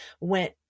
went